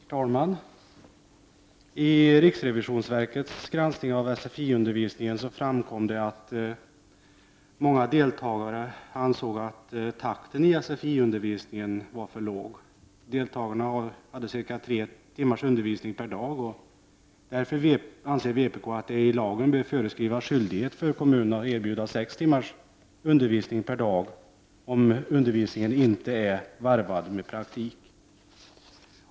Herr talman! I riksrevisionsverkets granskning av sfi-undervisningen framkom det att många deltagare ansåg att takten i sfi-undervisningen var för låg. Deltagarna hade ca tre timmars undervisning per dag. Därför anser vpk att det i lagen bör föreskrivas skyldighet för kommunerna att erbjuda sex timmars undervisning per dag om undervisningen inte är varvad med praktik.